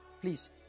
Please